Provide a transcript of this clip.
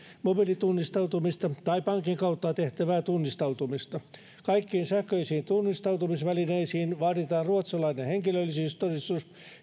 mobiilitunnistautumista tai pankin kautta tehtävää tunnistautumista kaikkiin sähköisiin tunnistautumisvälineisiin vaaditaan ruotsalainen henkilöllisyystodistus